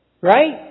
right